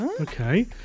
Okay